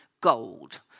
gold